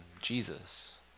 Jesus